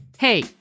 Hey